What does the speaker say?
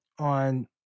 on